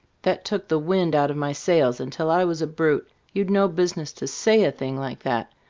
that took the wind out of my sails until i was a brute. you'd no business to say a thing like that.